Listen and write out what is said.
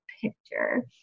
picture